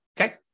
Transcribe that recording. Okay